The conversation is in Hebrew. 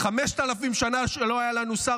חמשת אלפים שנה שנה לא היה לנו שר